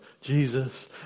Jesus